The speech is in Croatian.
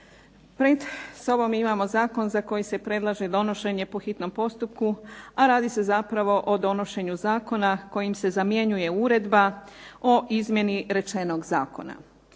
sobom imamo zakon za koji se predlaže donošenje po hitnom postupku a radi se zapravo o donošenju zakona kojim se zamjenjuje uredba o izmjeni rečenog zakona.